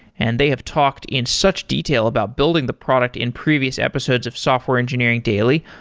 and they have talked in such detail about building the product in previous episodes of software engineering daily.